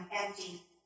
empty